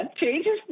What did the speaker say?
changes